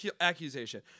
accusation